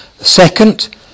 Second